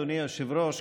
אדוני היושב-ראש,